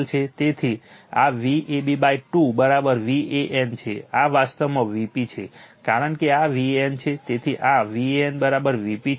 તેથી આ Vab 2 Van છે આ વાસ્તવમાં Vp છે કારણ કે આ Van છે તેથી આ Van Vp છે